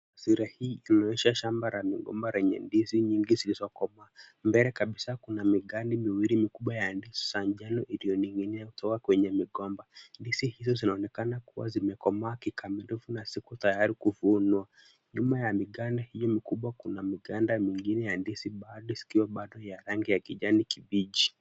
Sura hii inaonyesha shamba la migomba lenye ndizi nyingi zilizokomaa, mbele kabisa kuna miganda miwili mikubwa ya ndizi za njano iliyoning'inia kutoka kwenye migomba, ndizi hizo zinaonekana kuwa zimekomaa kikamilifu na ziko tayari kuvunwa, nyuma ya miganda hii mikubwa kuna miganda mingine ya ndizi baadhi zikiwa bado ya rangi ya kijani kibichi.